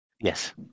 Yes